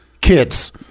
kids